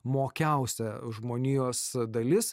mokiausia žmonijos dalis